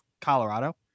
Colorado